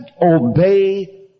obey